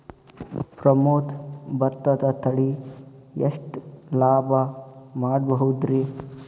ಪ್ರಮೋದ ಭತ್ತದ ತಳಿ ಎಷ್ಟ ಲಾಭಾ ಮಾಡಬಹುದ್ರಿ?